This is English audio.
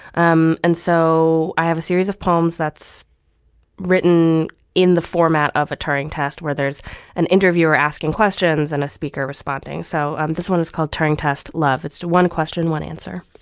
um and so i have a series of poems that's written in the format of a turing test, where there's an interviewer asking questions and a speaker responding. so um this one is called turing test love. it's one question, one answer